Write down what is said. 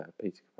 Peter